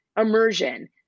immersion